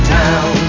town